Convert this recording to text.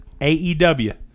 AEW